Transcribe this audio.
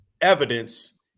Evidence